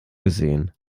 gesehen